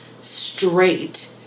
straight